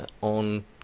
on